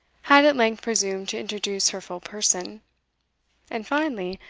had at length presumed to introduce her full person and finally,